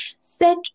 Set